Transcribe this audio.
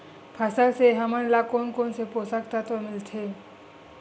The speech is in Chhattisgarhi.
फसल से हमन ला कोन कोन से पोषक तत्व मिलथे?